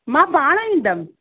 मां पाणि ईंदमि